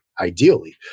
ideally